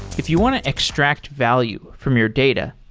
if you want to extract value from your data,